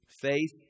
faith